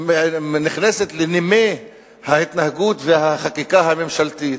נכנסת לנימי ההתנהגות והחקיקה הממשלתית,